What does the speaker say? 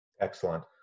Excellent